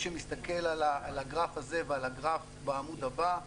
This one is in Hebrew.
שמסתכל על הגרף הזה ועל הגרף בשקף הבא,